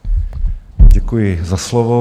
Děkuji za slovo.